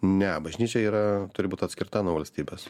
ne bažnyčia yra turi būti atskirta nuo valstybės